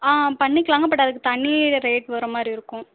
ஆ பண்ணிக்கலாம்ங்க பட் அதுக்கு தனி ரேட் வர மாதிரி இருக்கும்